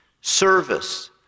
Service